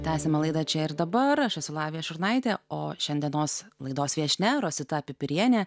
tęsiame laidą čia ir dabar aš esu lavija šurnaitė o šiandienos laidos viešnia rosita pipirienė